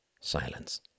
silence